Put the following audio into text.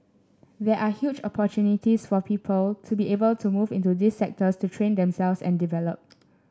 there are huge opportunities for people to be able to move into these sectors to train themselves and develop